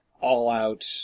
all-out